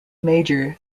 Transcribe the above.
major